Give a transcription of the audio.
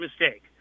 mistake